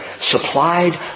supplied